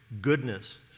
goodness